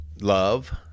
love